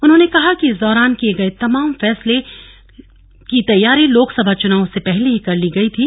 उन्होंने कहा कि इस दौरान किये गये तमाम फैसलों की तैयारी लोकसभा चुनाव से पहले ही कर ली गयी थी